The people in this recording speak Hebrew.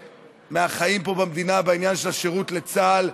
מהחיים פה במדינה בעניין של השירות בצה"ל,